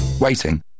Waiting